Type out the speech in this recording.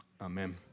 Amen